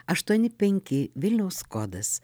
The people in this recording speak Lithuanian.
aštuoni penki vilniaus kodas